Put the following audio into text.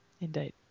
indeed